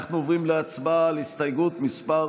אנחנו עוברים להצבעה על הסתייגות מס'